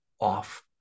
off